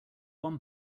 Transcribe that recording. one